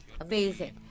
amazing